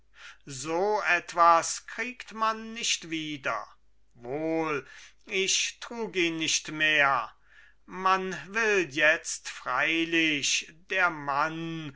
so etwas kriegt man nicht wieder wohl ich trug ihn nicht mehr man will jetzt freilich der mann